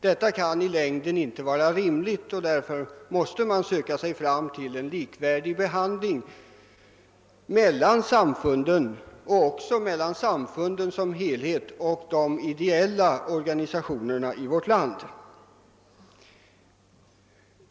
Detta kan inte vara rimligt i längden med olika behandling av samfunden och därför måste man söka sig fram till en likvärdig behandling av samfunden och av samfunden som helhet kontra de ideella organisationerna.